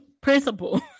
principle